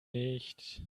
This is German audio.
nicht